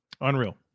Unreal